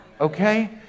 okay